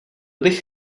bych